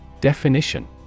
Definition